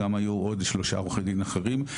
גם היו עוד שלושה עורכי דין אחרים,